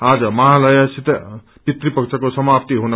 आज महालयासित पितृपक्षको समाप्ति हुने